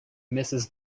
mrs